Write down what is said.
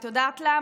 את יודעת למה?